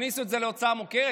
תכניסו את זה להוצאה מוכרת,